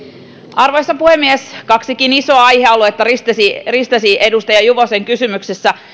arvoisa puhemies kaksikin isoa aihealuetta ristesi ristesi edustaja juvosen kysymyksessä